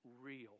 real